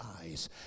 eyes